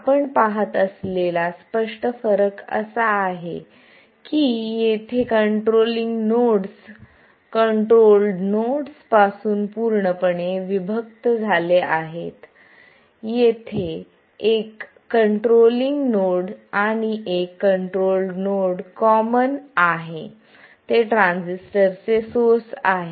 आपण पाहत असलेला स्पष्ट फरक असा आहे की येथे कंट्रोलिंग नोड्स कंट्रोल्ड नोड्स पासून पूर्णपणे विभक्त झाले आहेत येथे येथे एक कंट्रोलिंग नोड्स आणि एक कंट्रोल नोड कॉमन आहे ते ट्रान्झिस्टरचे सोर्स आहेत